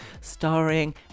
starring